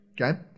Okay